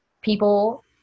people